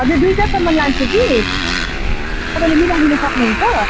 हजुर दुइटासम्म लान्छु कि तपाईँले मिलाइदिनु सक्नुहुन्छ